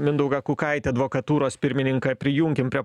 mindaugą kukaitį advokatūros pirmininką prijunkim prie